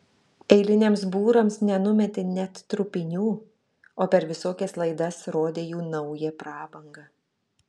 eiliniams būrams nenumetė net trupinių o per visokias laidas rodė jų naują prabangą